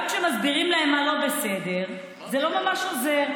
גם כשמסבירים להם מה לא בסדר, זה לא ממש עוזר.